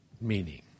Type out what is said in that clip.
meaning